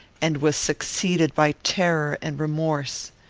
and was succeeded by terror and remorse.